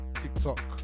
TikTok